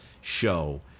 show